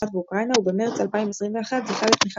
צרפת ואוקראינה ובמרץ 2021 זכה לתמיכת